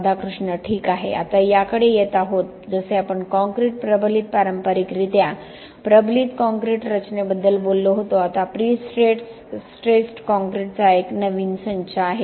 राधाकृष्ण ठीक आहे आता याकडे येत आहोत जसे आपण काँक्रीट प्रबलित पारंपारिकरीत्या प्रबलित कंक्रीट रचनेबद्दल बोललो होतो आता प्री स्ट्रेस्ड कॉंक्रिटचा एक नवीन संच आहे